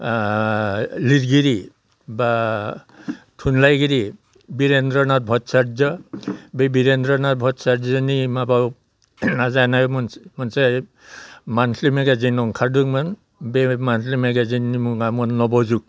लिरगिरि एबा थुनलाइगिरि बिरेन्द्र' नाथा भताचारज' बे बिरेनद्रनाथ भताचारज'नि माबायाव नाजानायाव मोनसे मान्थलि मेगाजिन ओंखारदोंमोन बे मान्थलि मेगाजिननि मुङामोन 'नबजुग'